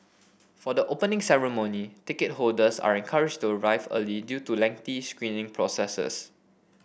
for the Opening Ceremony ticket holders are encouraged to arrive early due to lengthy screening processes